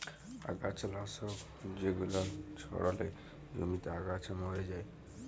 আগাছা লাশক জেগুলান ছড়ালে জমিতে আগাছা ম্যরে যায়